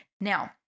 Now